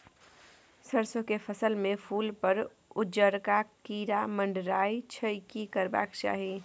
सरसो के फसल में फूल पर उजरका कीरा मंडराय छै की करबाक चाही?